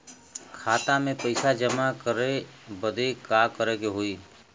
खाता मे पैसा जमा करे बदे का करे के होई?